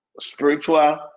spiritual